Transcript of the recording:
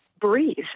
breathe